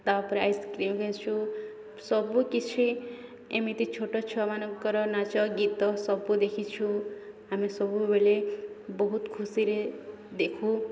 ତା'ପରେ ଆଇସ୍କ୍ରିମ୍ ଖାଇଛୁ ସବୁକିଛି ଏମିତି ଛୋଟ ଛୁଆମାନଙ୍କର ନାଚ ଗୀତ ସବୁ ଦେଖିଛୁ ଆମେ ସବୁବେଳେ ବହୁତ ଖୁସିରେ ଦେଖୁ